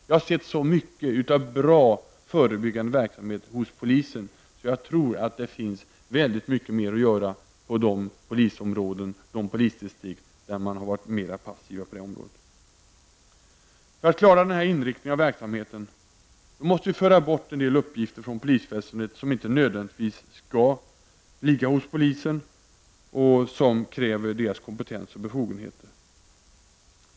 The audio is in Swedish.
Jag har sett så mycket av bra förebyggande verksamhet hos polisen att jag tror att det finns väldigt mycket mera att göra i de polisdistrikt där man har varit mera passiv på det här området. För att klara denna inriktning av verksamheten måste vi föra bort en del uppgifter från polisväsendet som inte nödvändigtvis skall ligga på polisen och som inte kräver dess kompetens och befogenheter.